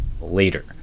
later